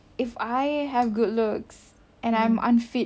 if I have good looks and I'm unfit